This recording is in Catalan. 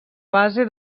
base